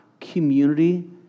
community